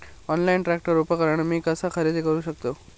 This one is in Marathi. ऑनलाईन ट्रॅक्टर उपकरण मी कसा खरेदी करू शकतय?